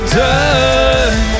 done